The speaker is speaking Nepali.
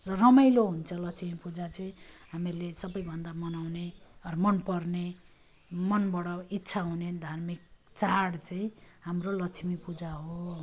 र रमाइलो हुन्छ लक्ष्मी पूजा चाहिँ हामीहरूले सबैभन्दा मनाउने हर मनपर्ने मनबाट इच्छा हुने धार्मिक चाड चाहिँ हाम्रो लक्ष्मी पूजा हो